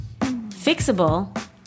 Fixable